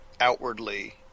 outwardly